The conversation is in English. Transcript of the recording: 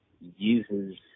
uses